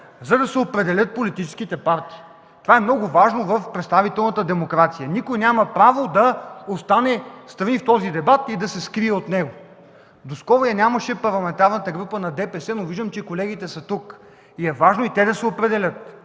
за да се определят политическите партии – това е много важно в представителната демокрация, никой няма право да остане встрани от дебата или да се скрие от него. Доскоро я нямаше и Парламентарната група на ДПС, но виждам, че колегите са тук. Важно е и те да се определят.